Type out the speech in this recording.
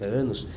anos